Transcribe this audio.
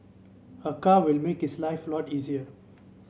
a car will make his life a lot easier